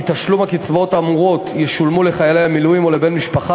כי הקצבאות האמורות ישולמו לחיילי המילואים או לבן משפחה